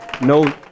no